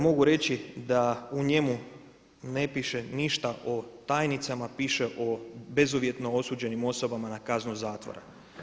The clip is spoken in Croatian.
Mogu reći da u njemu ne piše ništa o tajnicama, piše o bezuvjetno osuđenim osobama na kaznu zatvora.